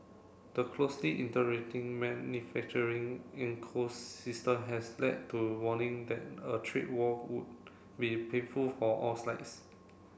the closely manufacturing ecosystem has led to warning that a trade war would be painful for all sides